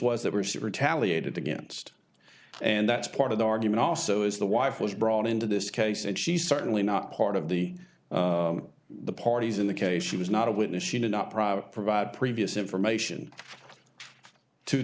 was that was the retaliated against and that's part of the argument also is the wife was brought into this case and she's certainly not part of the the parties in the case she was not a witness she did not provide previous information to